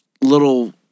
little